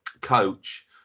coach